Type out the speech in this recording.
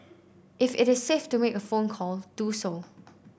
if it is safe to make a phone call do so